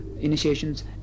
initiations